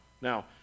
Now